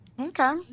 Okay